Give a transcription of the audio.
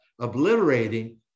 obliterating